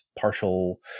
partial